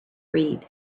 read